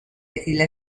tequila